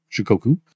Shikoku